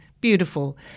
Beautiful